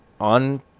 On